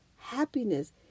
happiness